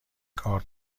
کارت